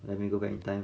let me go back in time